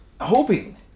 hoping